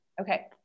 Okay